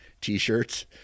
t-shirts